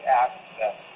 access